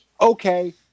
okay